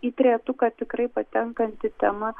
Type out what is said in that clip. į trejetuką tikrai patenkanti tema